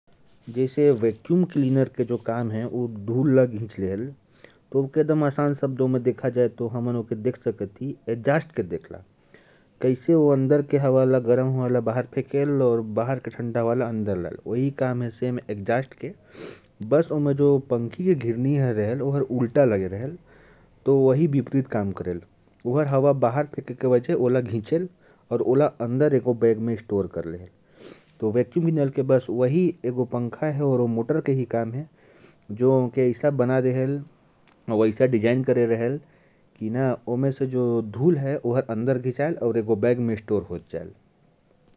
जैसे vacuum cleaner का काम है, वह धूल को अंदर खींच लेता है। जैसे हम एडजस्ट पंखे का काम देख सकते हैं, जो रूम की गरम हवा को बाहर फेंकता है और बाहर की हवा को अंदर लाता है। उसी तरह वैक्यूम क्लीनर काम करता है, उसमें पंखे की पत्तियां उल्टी दिशा में लगी रहती हैं।